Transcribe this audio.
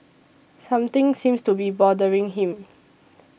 something seems to be bothering him